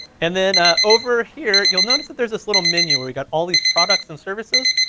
and then ah over here, you'll notice that there's this little menu where we've got all these products and services,